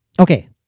okay